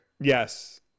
Yes